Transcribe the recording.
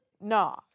nah